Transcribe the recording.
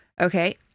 okay